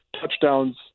touchdowns